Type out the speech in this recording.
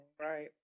Right